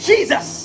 Jesus